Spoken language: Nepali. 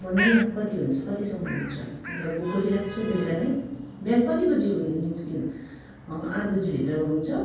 भन्नु न कति हुन्छ कतिसम्म हुन्छ अन्त बुक गरिराख्छु बेलुका नै बिहान कति बजी निस्कनु आठ बजी भित्रमा हुन्छ